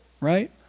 right